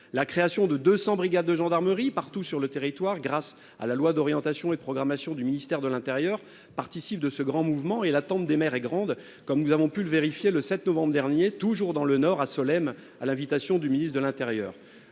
La création de 200 brigades de gendarmerie, partout sur le territoire, grâce à la loi d'orientation et de programmation du ministère de l'intérieur (Lopmi), participe de ce grand mouvement, et l'attente des maires est grande, comme nous avons pu le vérifier le 7 novembre dernier, encore une fois dans le Nord, à Solesmes, sur l'invitation du ministre de l'intérieur.